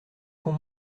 qu’on